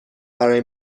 برای